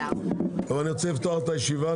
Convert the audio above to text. טוב, אני פותח את הישיבה.